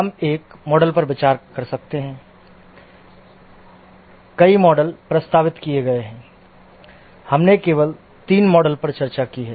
हम एक मॉडल पर विचार कर सकते हैं कई मॉडल प्रस्तावित किए गए हैं हमने केवल तीन मॉडलों पर चर्चा की है